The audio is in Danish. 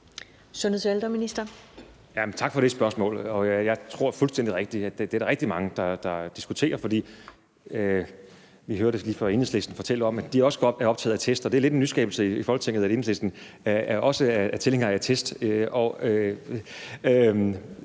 Tak for det spørgsmål. Jeg tror, det er fuldstændig rigtigt, at der er rigtig mange, der diskuterer det. For vi hørte lige før Enhedslisten fortælle om, at de også er optaget af test, og det er lidt en nyskabelse i Folketinget, at Enhedslisten også er tilhængere af test,